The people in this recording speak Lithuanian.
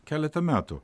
keletą metų